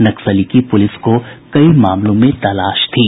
नक्सली की पुलिस को कई मामलों में तलाश थी